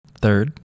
Third